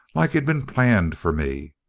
like he'd been planned for me.